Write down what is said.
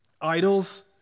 Idols